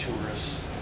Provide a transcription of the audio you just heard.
tourists